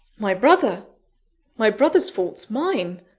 my brother my brother's faults mine!